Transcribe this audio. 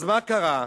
אז מה קרה?